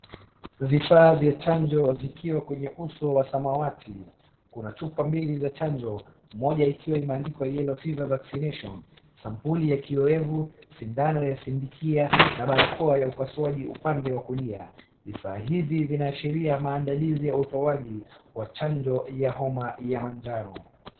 Vifaa vya chanjo vikiwa kwenye uso wa samawati, kuna chupa mbili za chanjo, moja ikiwa imeandikwa yellow fever vaccination sampuli ya kiyowevu, sindano ya sindikia na barakoa ya upasuaji upande wa kulia. Vifaa hivi vinaashiria maandalizi ya utoaji wa chanjo ya homa ya manjano.